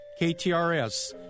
KTRS